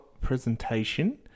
presentation